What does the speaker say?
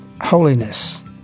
holiness